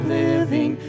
living